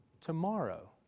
tomorrow